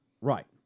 Right